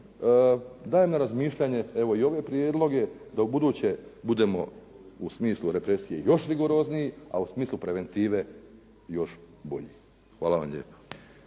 dajem na razmišljanje evo i ove prijedloge da ubuduće budemo u smislu represije još rigorozniji, a u smislu preventive još bolji. Hvala vam lijepo.